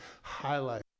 highlight